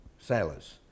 sailors